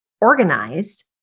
organized